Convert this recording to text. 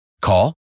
Call